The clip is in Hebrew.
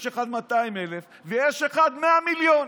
יש אחד 200,000, ויש אחד 100 מיליון.